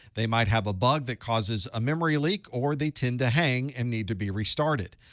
they might have a bug that causes a memory leak, or they tend to hang and need to be restarted.